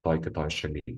toj kitoj šaly